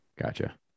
gotcha